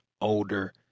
older